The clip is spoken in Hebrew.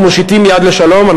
אנחנו מושיטים יד לשלום,